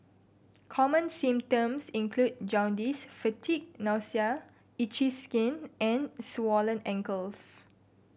common symptoms include jaundice fatigue nausea itchy skin and swollen ankles